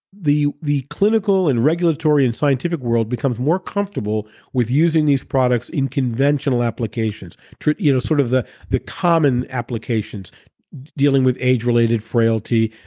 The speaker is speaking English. the the clinical and regulatory and scientific world becomes more comfortable with using these products in conventional applications you know sort of the the common applications dealing with age-related frailty,